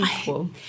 equal